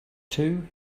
two